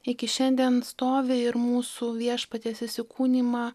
iki šiandien stovi ir mūsų viešpaties įsikūnijimą